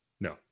No